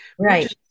Right